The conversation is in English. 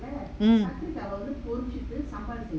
mm